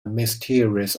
mysterious